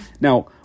Now